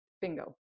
bingo